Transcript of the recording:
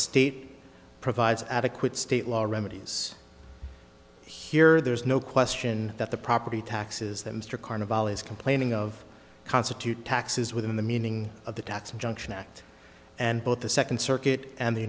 state provides adequate state law remedies here there's no question that the property taxes that mr carnevale is complaining of constitute taxes within the meaning of the tax injunction act and both the second circuit and the